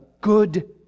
good